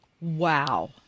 Wow